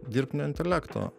dirbtinio intelekto